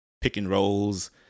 pick-and-rolls